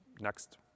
next